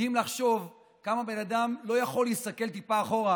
מדהים לחשוב כמה בן אדם לא יכול להסתכל טיפה אחורה